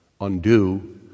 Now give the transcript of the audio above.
undo